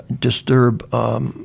disturb